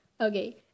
okay